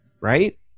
right